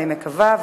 אני מקווה.